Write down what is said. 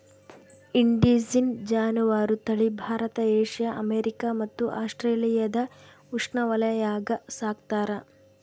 indicine ಜಾನುವಾರು ತಳಿ Bharat Asia America ಮತ್ತು ಆಸ್ಟ್ರೇಲಿಯಾದ ಉಷ್ಣವಲಯಾಗ ಸಾಕ್ತಾರ